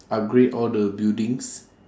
upgrade all the buildings